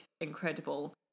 incredible